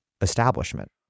establishment